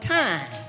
time